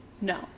no